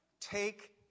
Take